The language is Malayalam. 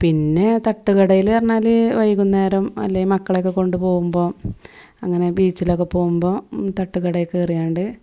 പിന്നെ തട്ടുകടയിൽ പറഞ്ഞാൽ വൈകുന്നേരം അല്ലേ മക്കളെയൊക്കെ കൊണ്ട് പോകുമ്പോൾ അങ്ങനെ ബീച്ചിലൊക്കെ പോകുമ്പോൾ തട്ടുകടയിൽ കയറിയാണ്ട്